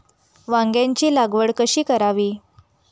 वांग्यांची लागवड कशी करावी?